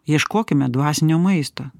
ieškokime dvasinio maisto